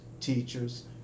teachers